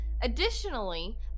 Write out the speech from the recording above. Additionally